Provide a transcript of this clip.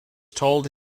told